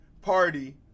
party